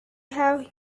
have